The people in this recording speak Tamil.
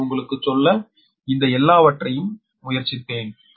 நான் உங்களுக்குச் சொல்ல இந்த எல்லாவற்றையும் முயற்சித்தேன்